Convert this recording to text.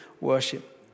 worship